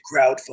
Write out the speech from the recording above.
crowdfunding